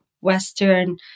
Western